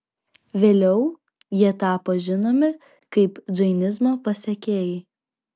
vėliau jie tapo žinomi kaip džainizmo pasekėjai